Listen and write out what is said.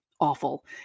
awful